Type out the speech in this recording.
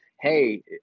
hey